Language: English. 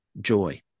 joy